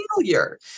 failure